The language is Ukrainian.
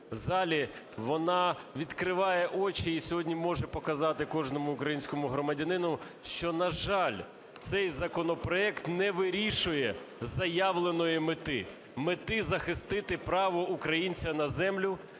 вона відкриває очі і сьогодні може показати кожному українському громадянину, що, на жаль, цей законопроект не вирішує заявленої мети - мети захистити право українця на землю,